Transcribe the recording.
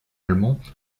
allemand